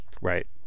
Right